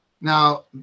Now